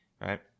right